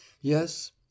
Yes